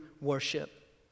worship